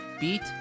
Beat